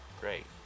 great